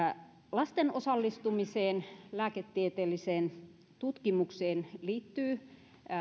lasten osallistumiseen lääketieteelliseen tutkimukseen liittyy